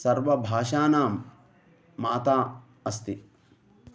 सर्वभाषाणां माता अस्ति